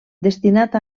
destinat